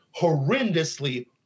horrendously